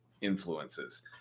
influences